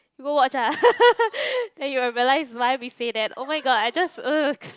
you go watch ah then you'll realise why we say that oh-my-god I just ugh